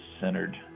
centered